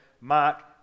Mark